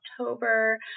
October